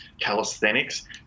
calisthenics